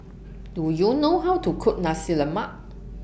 Do YOU know How to Cook Nasi Lemak